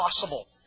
possible